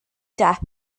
depp